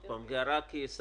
עוד פעם, זו הערה כשר